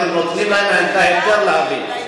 אתם נותנים להם את ההיתר להביא.